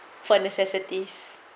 for necessities